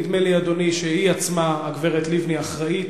נדמה לי, אדוני, שהיא עצמה, הגברת לבני, אחראית